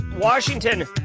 Washington